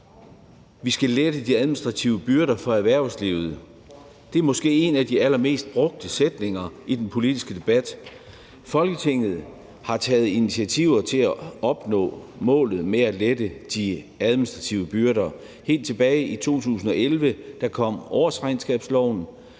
Vi skal lette de administrative byrder for erhvervslivet. Det er måske en af de allermest brugte sætninger i den politiske debat. Folketinget har taget initiativer til at opnå målet med at lette de administrative byrder. Helt tilbage i 2011 kom årsregnskabsloven,